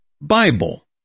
Bible